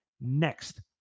next